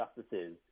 justices